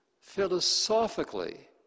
philosophically